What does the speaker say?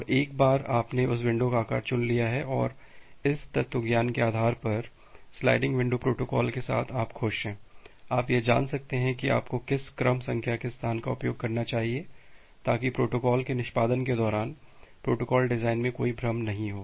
और एक बार आपने उस विंडो का आकार चुन लिया है और इस तत्त्वज्ञान के आधार पर स्लाइडिंग विंडो प्रोटोकॉल के साथ आप खुश है आप यह जान सकते हैं कि आपको किस क्रम संख्या के स्थान का उपयोग करना चाहिए ताकि प्रोटोकॉल के निष्पादन के दौरान प्रोटोकॉल डिजाइन में कोई भ्रम न हो